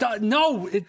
no